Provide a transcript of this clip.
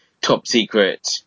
top-secret